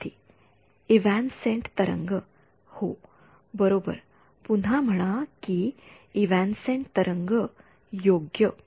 विद्यार्थीः इव्हॅन्सेंट तरंग होय बरोबर पुन्हा म्हणा की इव्हॅन्सेंट तरंग योग्य